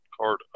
card